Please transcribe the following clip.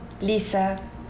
Lisa